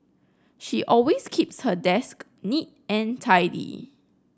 she always keeps her desk neat and tidy